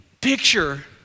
picture